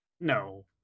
No